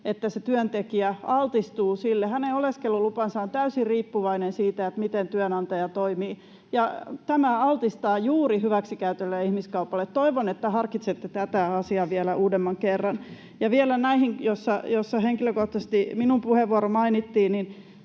että se työntekijä altistuu sille. Hänen oleskelulupansa on täysin riippuvainen siitä, miten työnantaja toimii, ja tämä altistaa juuri hyväksikäytölle ja ihmiskaupalle. Toivon, että harkitsette tätä asiaa vielä uudemman kerran. Ja vielä näihin, joissa henkilökohtaisesti minun puheenvuoroni mainittiin: